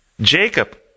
Jacob